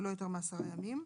ולא יותר מ-10 ימים,